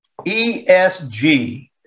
ESG